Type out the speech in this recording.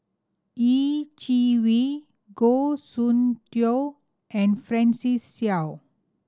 Yeh Chi Wei Goh Soon Tioe and Francis Seow